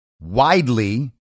widely